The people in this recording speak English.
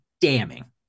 damning